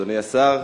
אדוני השר,